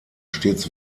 stets